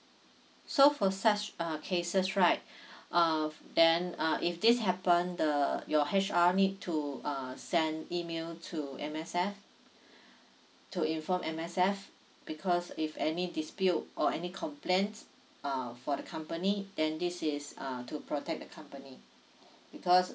so for such uh cases right uh then uh if this happen the your H_R need to uh send email to M_S_F to inform M_S_F because if any dispute or any complaints uh for the company then this is uh to protect the company because